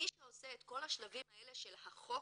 מי שעושה את כל השלבים האלה של החוק,